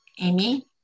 Amy